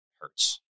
hurts